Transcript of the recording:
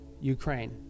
Ukraine